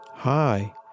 Hi